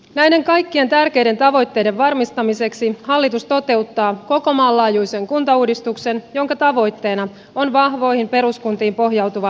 näiden kaikkien tärkeiden tavoitteiden varmistamiseksi hallitus toteuttaa koko maan laajuisen kuntauudistuksen jonka tavoitteena on vahvoihin peruskuntiin pohjautuva elinvoimainen kuntarakenne